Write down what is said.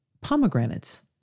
pomegranates